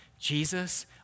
Jesus